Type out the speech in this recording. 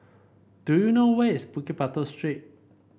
do you know where is Bukit Batok Street